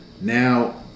Now